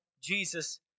Jesus